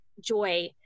joy